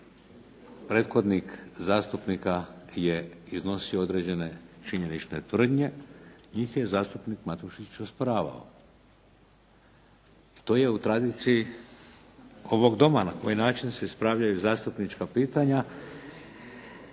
Prethodnik zastupnika je iznosio određene činjenične tvrdnje, njih je zastupnik Matušić osporavao. To je u tradiciji ovog Doma, na koji način se ispravljaju zastupnička pitanja.